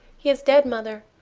he is dead, mother,